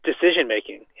decision-making